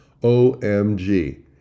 OMG